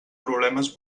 problemes